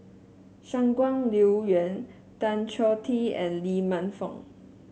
Shangguan Liuyun Tan Choh Tee and Lee Man Fong